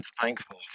thankful